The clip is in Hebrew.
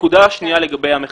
לגבי המכסים.